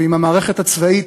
ואם המערכת הצבאית